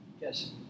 Yes